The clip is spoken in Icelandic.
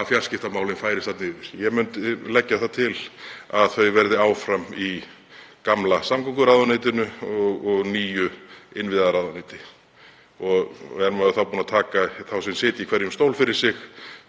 að fjarskiptamálin færist. Ég myndi leggja það til að þau verði áfram í gamla samgönguráðuneytinu og nýju innviðaráðuneyti og er maður þá búinn að taka þá sem sitja í hverjum stól fyrir sig